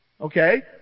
Okay